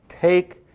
take